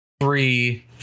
three